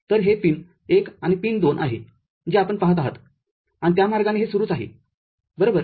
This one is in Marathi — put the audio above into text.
तर हे पिन १ आणि पिन २आहे जे आपण पहात आहात आणि त्या मार्गाने हे सुरूच आहे बरोबर